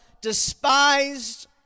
despised